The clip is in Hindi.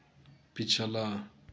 पिछला